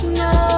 no